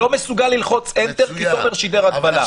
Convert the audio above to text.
לא מסוגל ללחוץ "אנטר" כי תומר שידר הגבלה.